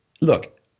look